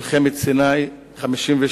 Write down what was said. מלחמת סיני 1956,